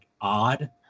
odd